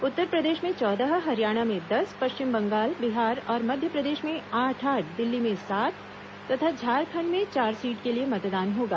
उ तार प्रदेश में चौदह हरियाणा में दस पश्चिम बंगाल बिहार और मध्य प्रदेश में आठ आठ दिल्ली में सात तथा झारखंड में चार सीट के लिए मतदान होगा